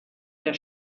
der